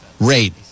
rate